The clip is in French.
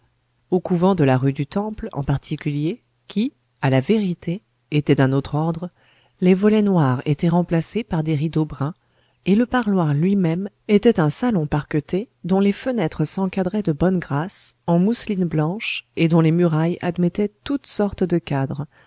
au couvent de la rue du temple en particulier qui à la vérité était d'un autre ordre les volets noirs étaient remplacés par des rideaux bruns et le parloir lui-même était un salon parqueté dont les fenêtres s'encadraient de bonnes grâces en mousseline blanche et dont les murailles admettaient toutes sortes de cadres